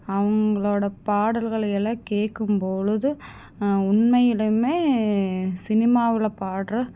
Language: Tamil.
அவர்களோட பாடல்களை எல்லாம் கேட்கும்பொழுது உண்மையிலுமே சினிமாவில் பாடுகிற